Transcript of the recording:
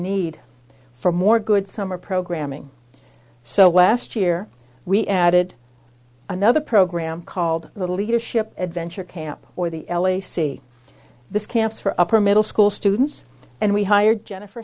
need for more good summer programming so last year we added another program called the leadership adventure camp or the l a see this campus for upper middle school students and we hired jennifer